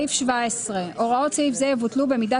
סעיף 17. "הוראות סעיף זה יבוטלו במידה